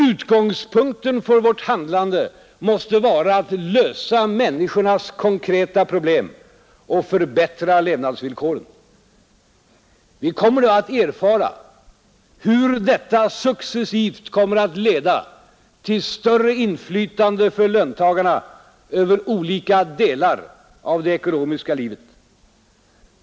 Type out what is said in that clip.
Utgångspunkten för vårt handlande måste vara att lösa människornas konkreta problem och förbättra levnadsvillkoren. Vi kommer då att erfara hur detta successivt kommer att leda till större inflytande för löntagarna över olika delar av det ekonomiska livet.